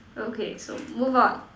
okay so move on